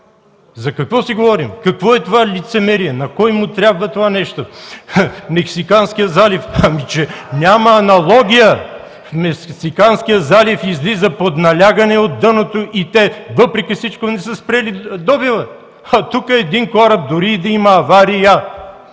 За какво си говорим? Какво е това лицемерие? На кой му трябва това нещо? Мексиканският залив? Ами, че няма аналогия. В Мексиканския залив излиза под налягане от дъното и те въпреки всичко не са спрели добива, а тук един кораб дори да има авария,